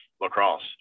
lacrosse